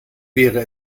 wäre